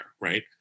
right